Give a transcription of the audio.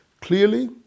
Clearly